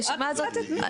את החלטת?